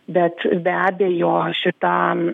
bet be abejo šita